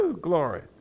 glory